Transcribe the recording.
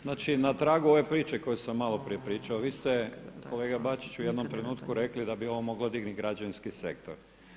Znači na tragu ove priče koju sam malo prije pričao, vi ste kolega Bačiću u jednom trenutku rekli da bi ovo moglo dignuti građevinski sektor.